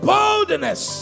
Boldness